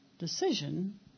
decision